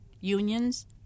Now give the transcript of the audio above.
unions